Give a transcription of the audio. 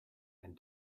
and